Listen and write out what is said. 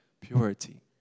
purity